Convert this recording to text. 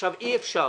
עכשיו, אי-אפשר